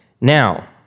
Now